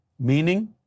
Meaning